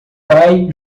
pai